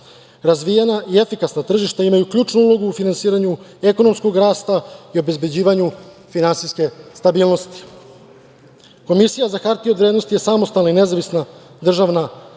Razvijena i efikasna tržišta imaju ključnu ulogu u finansiranju ekonomskog rasta i obezbeđivanju finansijske stabilnosti. Komisija za hartije od vrednosti je samostalna i nezavisna državna